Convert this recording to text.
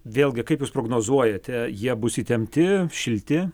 vėlgi kaip jūs prognozuojate jie bus įtempti šilti